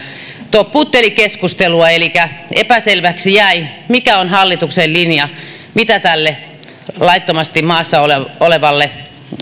toppuutteli keskustelua elikkä epäselväksi jäi mikä on hallituksen linja mitä tälle laittomasti maassa olevalle